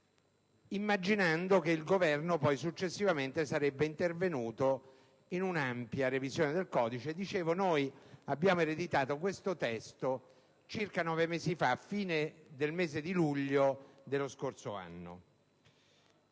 immaginando che il Governo successivamente sarebbe intervenuto con un'ampia revisione dello stesso. Abbiamo quindi ereditato questo testo circa nove mesi fa, alla fine del mese di luglio dello scorso anno.